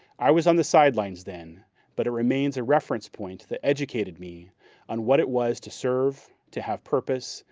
i was on the sidelines then but it remains a reference point that educated me on what it was to serve, to have purpose,